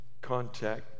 Contact